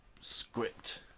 script